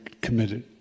committed